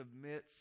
Submits